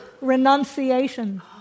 Renunciation